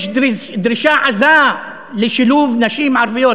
יש דרישה עזה לשילוב נשים ערביות.